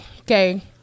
Okay